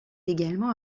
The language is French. également